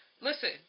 listen